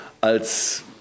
als